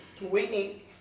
Whitney